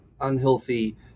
unhealthy